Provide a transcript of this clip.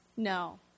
No